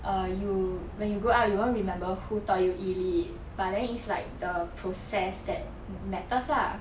err you when you grow up you won't remember who taught you E lit but then is like the process that matters lah